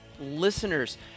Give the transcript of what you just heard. listeners